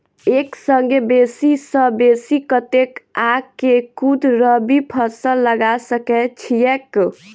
एक संगे बेसी सऽ बेसी कतेक आ केँ कुन रबी फसल लगा सकै छियैक?